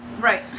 right